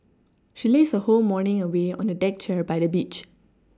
she lazed her whole morning away on a deck chair by the beach